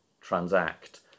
transact